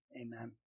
Amen